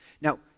Now